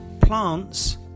plants